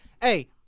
hey